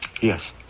Yes